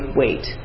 weight